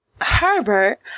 Herbert